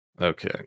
Okay